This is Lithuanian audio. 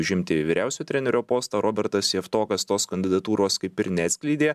užimti vyriausio trenerio postą robertas javtokas tos kandidatūros kaip ir neatskleidė